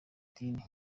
dini